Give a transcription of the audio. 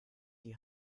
die